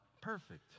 perfect